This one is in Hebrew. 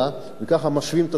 וככה משווים את התנאים,